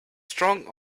strong